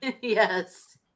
Yes